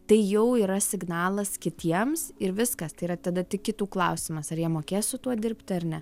tai jau yra signalas kitiems ir viskas tai yra tada tik kitų klausimas ar jie mokės su tuo dirbti ar ne